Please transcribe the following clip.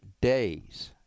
days